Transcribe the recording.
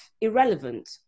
irrelevant